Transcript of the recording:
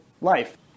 life